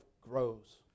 grows